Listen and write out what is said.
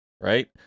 right